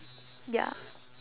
ya